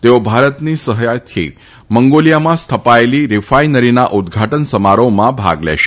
તેઓ ભારતની સહાયથી મંગોલીયામાં સ્થપાયેલી રિફાઈનરીના ઉદઘાટન સમારોહમાં ભાગ લેશે